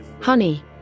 Honey